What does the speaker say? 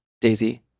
Daisy